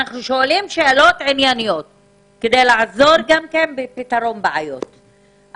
אנחנו שואלים שאלות ענייניות כדי לעזור בפתרון בעיות.